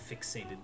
fixated